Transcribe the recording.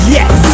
Yes